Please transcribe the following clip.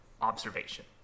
Observation